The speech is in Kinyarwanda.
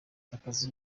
abazi